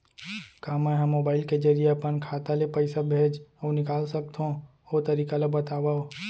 का मै ह मोबाइल के जरिए अपन खाता ले पइसा भेज अऊ निकाल सकथों, ओ तरीका ला बतावव?